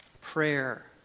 prayer